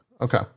Okay